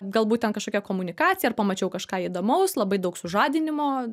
galbūt ten kažkokia komunikacija ir pamačiau kažką įdomaus labai daug sužadinimo